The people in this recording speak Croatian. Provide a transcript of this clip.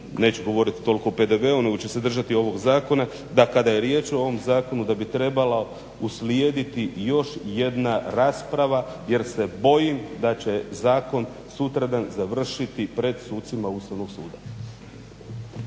neću govoriti toliko o PDV-u nego ću se držati ovog zakona, da kada je riječ o ovom zakonu da bi trebala uslijediti još jedna rasprava jer se bojim da će zakon sutradan završiti pred sucima Ustavnog suda.